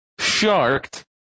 sharked